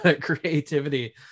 creativity